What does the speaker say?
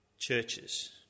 churches